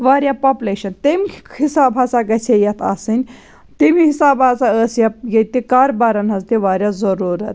وارِیاہ پاپلیشَن تٔمۍ حِساب ہَسا گَژھِ ہے یَتھ آسٕنۍ تٔمی حِساب ہَسا ٲس یَتھ ییٚتہِ کاربارَن ہٕنٛز تہِ وارِیاہ ضروٗرَت